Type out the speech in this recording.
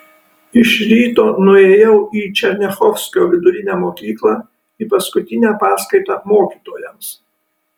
iš ryto nuėjau į černiachovskio vidurinę mokyklą į paskutinę paskaitą mokytojams